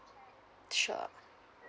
sure